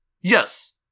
Yes